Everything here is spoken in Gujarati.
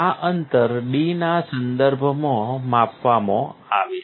આ અંતર D ના સંદર્ભમાં માપવામાં આવે છે